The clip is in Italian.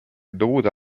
dovuto